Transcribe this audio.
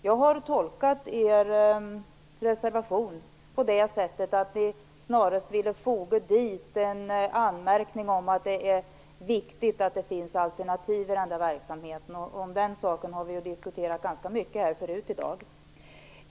Jag har tolkat moderaternas reservation som att ni snarare vill foga till en anmärkning om att det är viktigt att det finns alternativ i verksamheten. Den saken har vi ju diskuterat ganska mycket förut i dag.